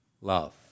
love